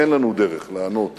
אין לנו דרך לענות